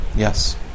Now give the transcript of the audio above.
Yes